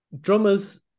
drummers